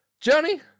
Johnny